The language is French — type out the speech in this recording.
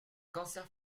cancer